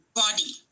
body